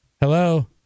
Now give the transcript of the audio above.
Hello